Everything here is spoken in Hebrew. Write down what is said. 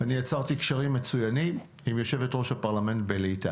אני יצרתי קשרים מצוינים עם יושבת-ראש הפרלמנט בליטא